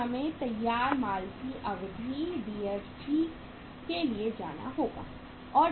फिर हमें तैयार माल की अवधि DFG के लिए जाना होगा